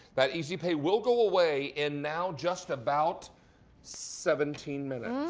that easy pay will go away in now just about seventeen minutes.